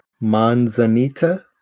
Manzanita